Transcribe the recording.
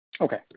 Okay